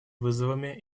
вызовами